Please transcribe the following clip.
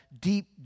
deep